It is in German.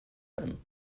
werden